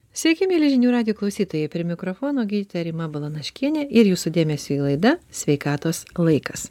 sveiki mieli žinių radijo klausytojai prie mikrofono gydytoja rima balanaškienė ir jūsų dėmesiui laida sveikatos laikas